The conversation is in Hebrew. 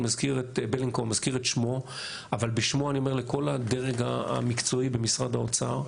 אני מזכיר את שמו אבל בשמו אני מתייחס לכל הדרג המקצועי במשרד האוצר,